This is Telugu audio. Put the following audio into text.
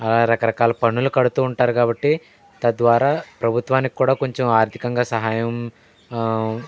అలా రకరకాల పన్నులు కడుతూ ఉంటారు కాబట్టి తద్వారా ప్రభుత్వానికి కూడా కొంచెం ఆర్థికంగా సహాయం